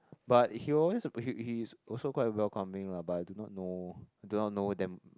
but he always he he's also quite welcoming lah but I do not know I do not know them